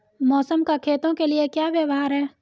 मौसम का खेतों के लिये क्या व्यवहार है?